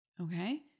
okay